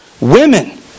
Women